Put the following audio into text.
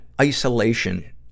isolation